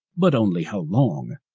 but only how long,